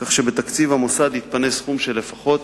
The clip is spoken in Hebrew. כך שבתקציב המוסד יתפנה סכום של לפחות